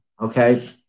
Okay